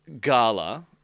Gala